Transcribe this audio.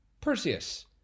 Perseus